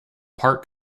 park